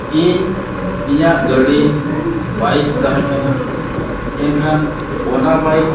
ᱤᱧ ᱤᱧᱟᱹᱜ ᱜᱟᱹᱰᱤ ᱵᱟᱹᱭᱤᱠ ᱛᱟᱦᱮᱸ ᱠᱟᱱᱟ ᱮᱱᱠᱷᱟᱱ ᱚᱱᱟ ᱵᱟᱹᱭᱤᱠ